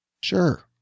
Sure